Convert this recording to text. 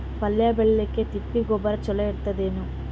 ಪಲ್ಯ ಬೇಳಿಲಿಕ್ಕೆ ತಿಪ್ಪಿ ಗೊಬ್ಬರ ಚಲೋ ಇರತದೇನು?